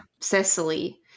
Cecily